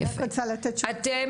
אני רק רוצה לתת --- אתם,